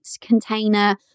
container